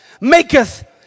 maketh